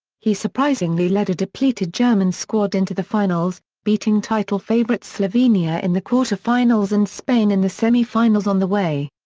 he surprisingly led a depleted german squad into the finals, beating title favorites slovenia in the quarter-finals and spain in the semi-finals on the way.